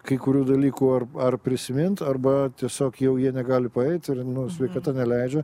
kai kurių dalykų ar ar prisimint arba tiesiog jau jie negali paeit ir sveikata neleidžia